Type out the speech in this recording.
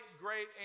great